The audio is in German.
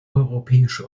europäische